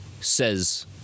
says